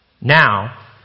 Now